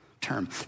term